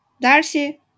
Darcy